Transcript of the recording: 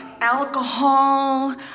alcohol